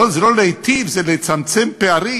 זה לא להיטיב, זה לצמצם פערים.